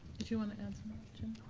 did you wanna add